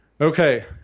Okay